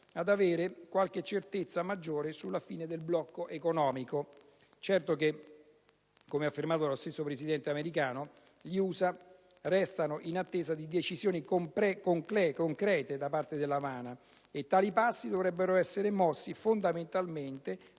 ad avere qualche certezza maggiore sulla fine del blocco economico. Certo, come affermato dallo stesso Presidente americano, gli USA restano in attesa di decisioni concrete da parte dell'Avana, e tali passi dovrebbero essere mossi fondamentalmente